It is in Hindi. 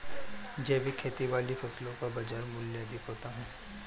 जैविक खेती वाली फसलों का बाज़ार मूल्य अधिक होता है